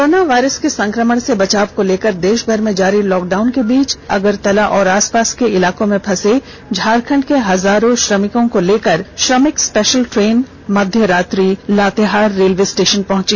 corona virus के संक्रमण से बचाव को लेकर देशभर में जारी लॉकडाउन के बीच हिमाचल के अगरतला और आस पास के इलाकों में फंसे झारखंड के हजारों श्रमिकों को लेकर करीब श्रमिक स्पेशल ट्रेन मध्यरात्रि लातेहार रेलवे स्टेशन पहुंची